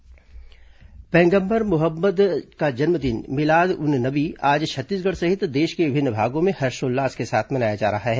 मिलाद उन नबी पैगम्बर मोहम्मद का जन्मदिन मिलाद उन नबी आज छत्तीसगढ़ सहित देश के विभिन्न भागों में हर्षोल्लास के साथ मनाया जा रहा है